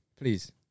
please